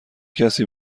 کسی